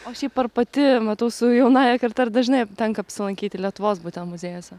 o šaip ar pati matau su jaunąja karta ar dažnai tenka apsilankyti lietuvos būte muziejuose